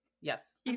Yes